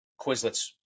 Quizlets